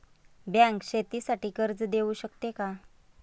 Bank शेतीसाठी कर्ज देऊ शकते का?